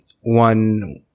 one